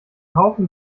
haufen